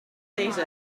data